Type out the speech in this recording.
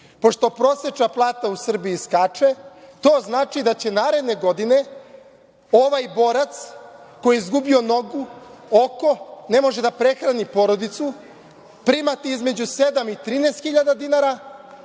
plate. Pošto prosečna plata u Srbiji skače, to znači da će naredne godine ovaj borac koji je izgubio nogu, oko, ne može da prehrani porodicu primati između 7.000 i 13.000 dinara,